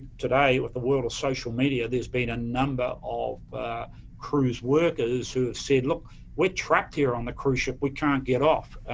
today, with the world of social media, there's been a number of cruise workers who have said, look, we're trapped here, on the cruise ship, we can't get off,